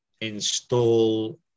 install